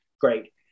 great